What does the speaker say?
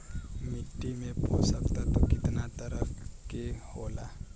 मिट्टी में पोषक तत्व कितना तरह के होला?